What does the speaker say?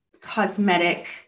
cosmetic